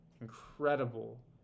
incredible